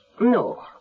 no